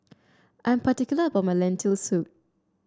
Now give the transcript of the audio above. I am particular about my Lentil Soup